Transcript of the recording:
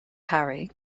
harry